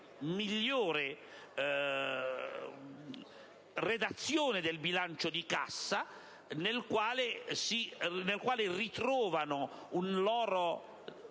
migliore redazione del bilancio di cassa, nel quale ritrovano un loro